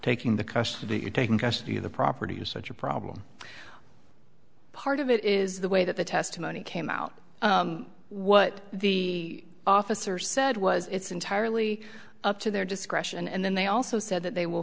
taking the custody in taking custody of the property is such a problem part of it is the way that the testimony came out what the officer said was it's entirely up to their discretion and then they also said that they will